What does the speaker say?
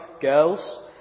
girls